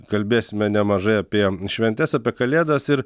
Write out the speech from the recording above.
kalbėsime nemažai apie šventes apie kalėdas ir